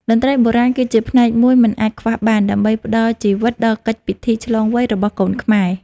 តន្ត្រីបុរាណគឺជាផ្នែកមួយមិនអាចខ្វះបាន ដើម្បីផ្ដល់ជីវិតដល់កិច្ចពិធីឆ្លងវ័យរបស់កូនខ្មែរ។